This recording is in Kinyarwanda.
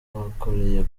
bakoreye